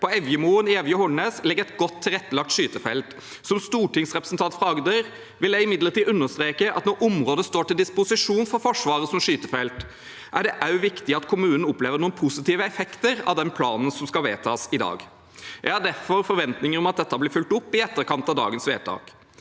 På Evjemoen i Evje og Hornnes ligger et godt tilrettelagt skytefelt. Som stortingsrepresentant fra Agder vil jeg imidlertid understreke at når området står til disposisjon for Forsvaret som skytefelt, er det også viktig at kommunen opplever noen positive effekter av den planen som skal vedtas i dag. Jeg har derfor forventninger om at dette blir fulgt opp i etterkant av dagens vedtak.